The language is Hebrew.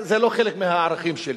זה לא חלק מהערכים שלי.